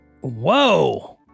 whoa